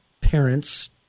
parents